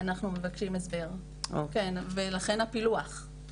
אנחנו מבקשים הסבר, כן ולכן הפילוח.